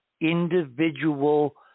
individual